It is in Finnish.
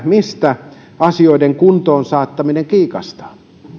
mistä asioiden kuntoon saattaminen kiikastaa